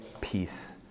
peace